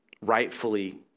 rightfully